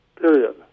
period